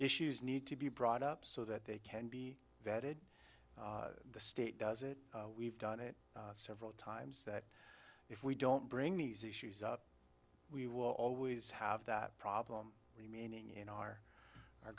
issues need to be brought up so that they can be vetted the state does it we've done it several times that if we don't bring these issues up we will always have that problem remaining in our our